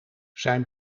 zijn